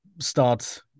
start